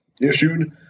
issued